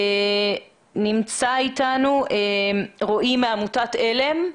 נמצא אתנו רועי מעמותת על"ם?